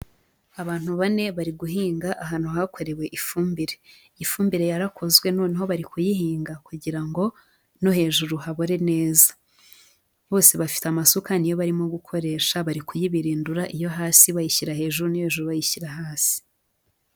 Abantu bane bari guhinga ahantu hakorewe ifumbire, ifumbire yarakozwe noneho bari kuyihinga kugira ngo no hejuru habore neza. Bose bafite amasuka ni yo barimo gukoresha bari kuyibirindura iyo hasi bayishyira hejuru n'iyo hejuru bayishyira hasi.